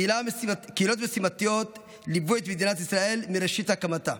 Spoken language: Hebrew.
קהילות משימתיות ליוו את מדינת ישראל מראשית הקמתה.